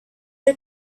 are